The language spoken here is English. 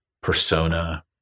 persona